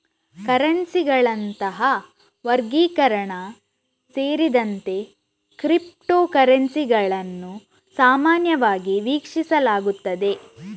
ಕರೆನ್ಸಿಗಳಂತಹ ವರ್ಗೀಕರಣ ಸೇರಿದಂತೆ ಕ್ರಿಪ್ಟೋ ಕರೆನ್ಸಿಗಳನ್ನು ಸಾಮಾನ್ಯವಾಗಿ ವೀಕ್ಷಿಸಲಾಗುತ್ತದೆ